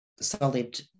solid